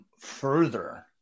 further